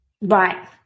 Right